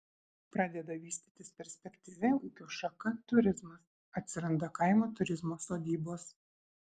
pradeda vystytis perspektyvi ūkio šaka turizmas atsiranda kaimo turizmo sodybos